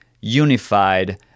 unified